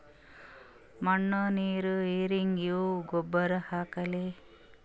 ಮಣ್ಣ ನೀರ ಹೀರಂಗ ಯಾ ಗೊಬ್ಬರ ಹಾಕ್ಲಿ?